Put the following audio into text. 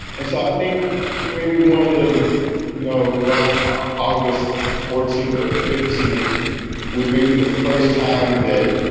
and so i think maybe one of the you know, around ah august fourteenth, the fifteenth was maybe the first time that,